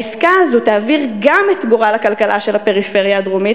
העסקה הזו תעביר גם את גורל הכלכלה של הפריפריה הדרומית